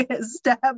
step